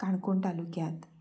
काणकोण तालुक्यांत